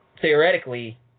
Theoretically